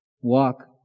Walk